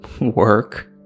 Work